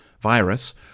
virus